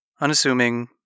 Unassuming